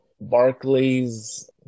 Barclays